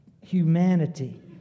humanity